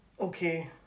okay